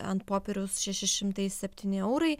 ant popieriaus šeši šimtai septyni eurai